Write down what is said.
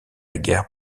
guerre